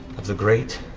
of the great